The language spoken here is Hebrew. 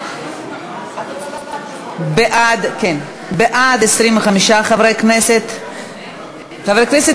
ההצעה להסיר מסדר-היום את הצעת חוק השידור